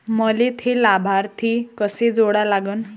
मले थे लाभार्थी कसे जोडा लागन?